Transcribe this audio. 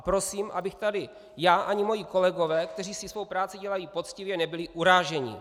Prosím, abychom tady já, ani moji kolegové, kteří si svou práci dělají poctivě, nebyli uráženi.